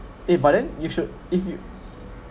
eh but then you should if you